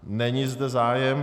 Není zde zájem.